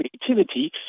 creativity